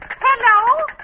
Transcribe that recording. Hello